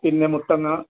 പിന്നെ മുത്തങ്ങ